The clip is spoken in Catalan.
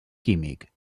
químic